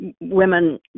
women